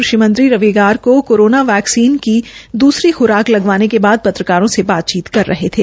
कृषि मंत्री आज कोरोना वैकसीन की दूसरी ख्राक लगवाने के बाद पत्रकारों से बातचीत कर रहे थे